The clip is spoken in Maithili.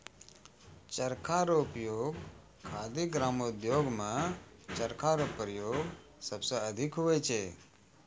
चरखा रो उपयोग खादी ग्रामो उद्योग मे चरखा रो प्रयोग सबसे अधिक हुवै छै